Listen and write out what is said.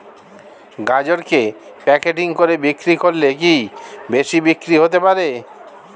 গাজরকে প্যাকেটিং করে বিক্রি করলে কি বেশি বিক্রি হতে পারে?